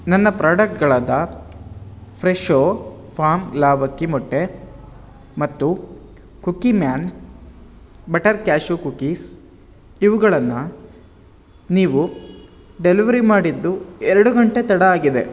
ನನ್ನ ಪ್ರಾಡಕ್ಟ್ಗಳಾದ Fresho farm ಲಾವಕ್ಕಿ ಮೊಟ್ಟೆ ಮತ್ತು Cookie Man butter cashew cookies ಇವುಗಳನ್ನ ನೀವು ಡೆಲಿವರಿ ಮಾಡಿದ್ದು ಎರಡು ಗಂಟೆ ತಡ ಆಗಿದೆ